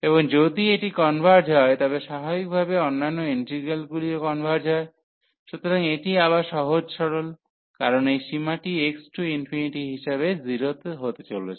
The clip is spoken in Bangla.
এবং যদি এটি কনভার্জ হয় তবে স্বাভাবিকভাবেই অন্যান্য ইন্টিগ্রালগুলিও কনভার্জ হয় সুতরাং এটি আবার সহজ সরল কারণ এই সীমাটি x→∞ হিসাবে 0 হতে চলেছে